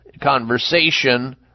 conversation